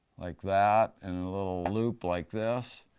like that, and a little loop like this.